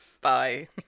Bye